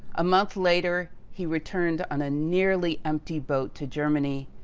a month later, he returned on a nearly empty boat to germany.